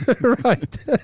right